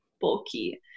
bulky